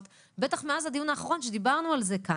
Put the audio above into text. בטח מאז הדיון האחרון בו דיברנו על זה כאן.